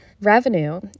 Revenue